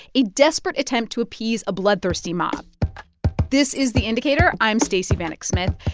a desperate attempt to appease a bloodthirsty mob this is the indicator. i'm stacey vanek smith.